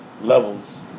levels